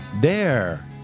Dare